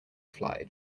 fly